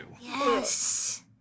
Yes